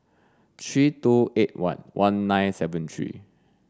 three two eight one one nine seven three